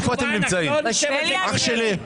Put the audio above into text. אח שלי?